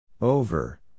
Over